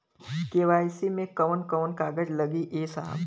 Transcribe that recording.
KYC मे कवन कवन कागज लगी ए साहब?